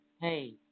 hey